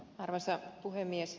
arvoisa puhemies